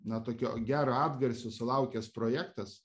na tokio gero atgarsio sulaukęs projektas